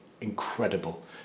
incredible